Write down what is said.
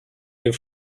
your